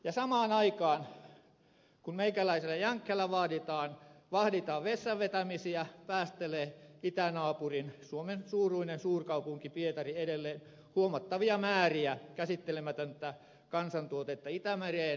ja samaan aikaan kun meikäläisellä jänkhällä vahditaan vessanvetämisiä päästelee itänaapurin suomen suuruinen suurkaupunki pietari edelleen huomattavia määriä käsittelemätöntä kansantuotetta itämereen